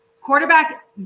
Quarterback